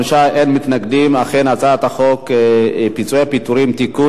את הצעת חוק פיצויי פיטורים (תיקון,